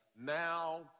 now